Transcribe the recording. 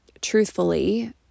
truthfully